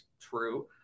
true